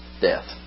death